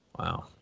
Wow